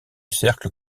cercle